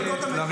תודה.